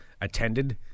attended